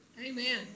Amen